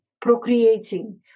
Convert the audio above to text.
procreating